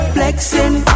Flexing